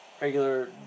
regular